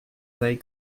they